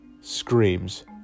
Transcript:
screams